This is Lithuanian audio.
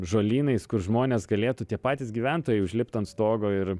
žolynais kur žmonės galėtų tie patys gyventojai užlipt ant stogo ir